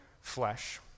flesh